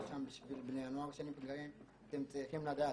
שם בשביל בני הנוער --- כי הם צריכים לדעת,